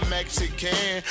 Mexican